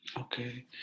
Okay